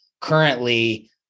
currently